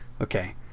Okay